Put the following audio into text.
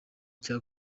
cya